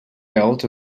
belt